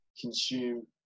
consume